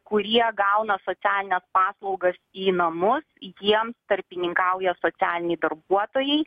kurie gauna socialines paslaugas į namus jiems tarpininkauja socialiniai darbuotojai